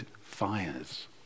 fires